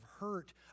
hurt